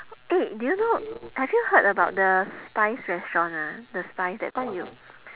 eh did you know have you heard about the spize restaurant ah the spize that time you